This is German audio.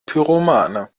pyromane